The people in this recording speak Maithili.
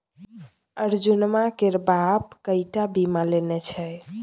अर्जुनमा केर बाप कएक टा बीमा लेने छै